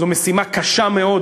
זו משימה קשה מאוד,